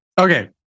okay